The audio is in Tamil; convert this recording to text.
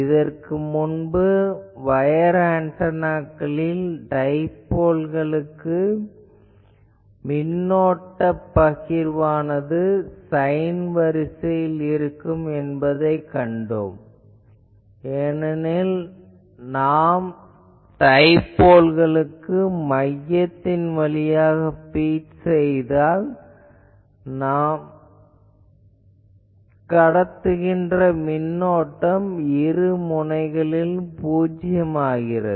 இதற்கு முன்பு வயர் ஆன்டெனாக்களில் டைபோல்களுக்கு மின்னோட்ட பகிர்வானது சைன் வரிசையில் இருக்கும் என்று பார்த்தோம் ஏனெனில் நாம் டைபோல்களுக்கு மையத்தின் வழியாக பீட் செய்தால் கடத்துகின்ற மின்னோட்டம் இருமுனைகளிலும் பூஜ்யம் ஆகிறது